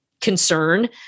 concern